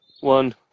one